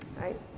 right